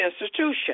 institution